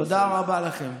תודה רבה לכם.